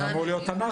זה אמור להיות אנחנו.